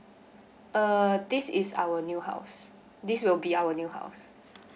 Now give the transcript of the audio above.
uh this is our new house this will be our new house